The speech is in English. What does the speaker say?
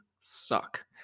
suck